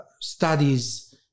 studies